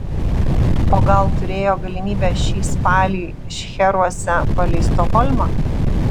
o gal turėjo galimybę šį spalį šcheruose palei stokholmą